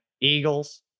Eagles